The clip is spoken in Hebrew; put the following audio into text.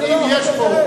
אבל זה לא החוק הזה.